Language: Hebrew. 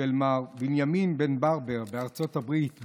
מר בנימין ברבר מארצות הברית,